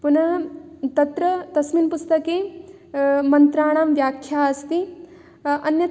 पुनः तत्र तस्मिन् पुस्तके मन्त्राणां व्याख्या अस्ति अन्यत्